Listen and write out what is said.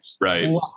right